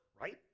right